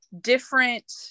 different